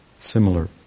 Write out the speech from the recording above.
similar